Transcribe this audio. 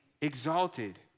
exalted